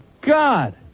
God